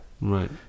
Right